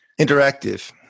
interactive